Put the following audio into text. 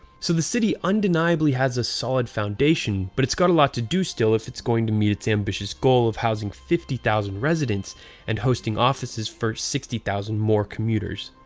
so the city undeniably has a solid foundation, but it's got a lot to do still if it's going to meet its ambitious goal of housing fifty thousand residents and hosting offices for sixty thousand more commuters.